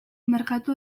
merkatu